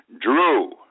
drew